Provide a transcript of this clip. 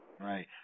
right